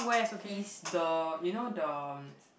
is the you know the